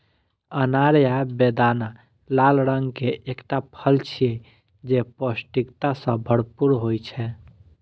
अनार या बेदाना लाल रंग के एकटा फल छियै, जे पौष्टिकता सं भरपूर होइ छै